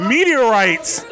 Meteorites